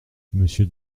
monsieur